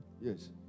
Yes